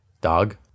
Dog